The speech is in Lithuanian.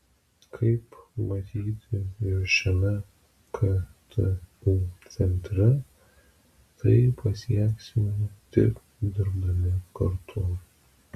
kaip matyti ir šiame ktu centre tai pasieksime tik dirbdami kartu